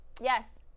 Yes